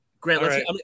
Grant